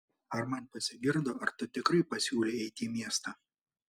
ar man pasigirdo ar tu tikrai pasiūlei eiti į miestą